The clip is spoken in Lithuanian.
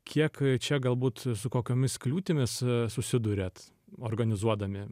kiek čia galbūt su kokiomis kliūtimis susiduriat organizuodami